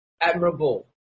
admirable